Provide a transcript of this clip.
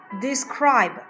Describe